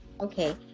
Okay